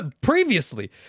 previously